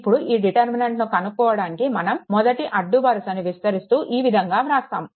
ఇప్పుడు ఈ డిటర్మినెంట్ను కనుక్కోవడానికి మనం మొదటి అడ్డు వరుసని విస్తరిస్తూ ఈ విధంగా వ్రాస్తాము